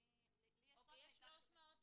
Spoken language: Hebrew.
לי יש --- יש 312 מיטות.